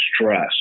stress